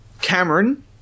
Cameron